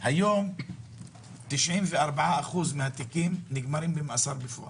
היום 94% מן התיקים נגמרים במאסר בפועל,